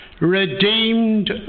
Redeemed